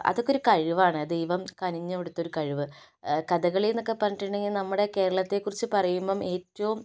അതൊക്കെ ഒരു കഴിവാണ് ദൈവം കനിഞ്ഞു കൊടുത്തൊരു കഴിവ് കഥകളിയെന്നൊക്കെ പറഞ്ഞിട്ടുണ്ടെങ്കിൽ നമ്മുടെ കേരളത്തേക്കുറിച്ച് പറയുമ്പം ഏറ്റവും